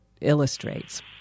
illustrates